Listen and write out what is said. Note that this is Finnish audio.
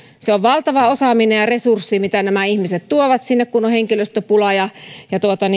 se on valtava osaaminen ja resurssi mitä nämä ihmiset tuovat sinne kun on henkilöstöpula ja ja